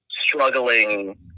struggling